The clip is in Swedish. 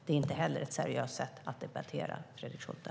Det är inte heller ett seriöst sätt att debattera, Fredrik Schulte.